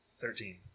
Thirteen